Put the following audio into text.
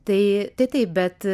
tai tai taip bet